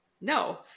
No